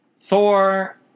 Thor